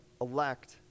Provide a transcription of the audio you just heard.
elect